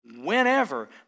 whenever